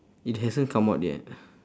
it hasn't come out yet